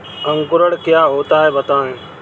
अंकुरण क्या होता है बताएँ?